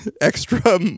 Extra